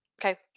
Okay